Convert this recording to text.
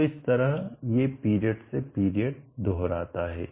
तो इस तरह ये पीरियड से पीरियड दोहराता है